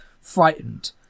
frightened